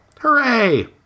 Hooray